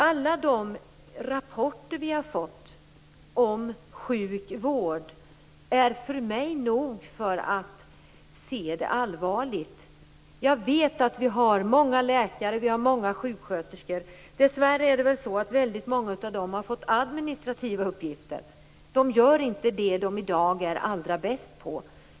Alla rapporter som vi har fått om sjuk vård är för mig nog för att se allvarligt på detta. Jag vet att vi har många läkare och många sjuksköterskor. Dessvärre är det väl så att väldigt många av dem har fått administrativa uppgifter. De gör i dag inte det som de är allra bäst på.